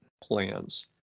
plans